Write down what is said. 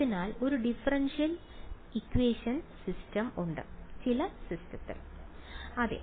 ഇതിനാൽ ഒരു differential equation system ചില സിസ്റ്റം അതെ